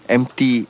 Empty